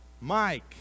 Mike